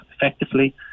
effectively